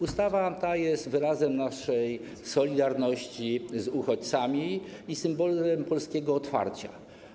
Ustawa ta jest wyrazem naszej solidarności z uchodźcami i symbolem polskiego otwarcia.